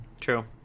true